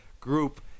group